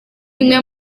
imwe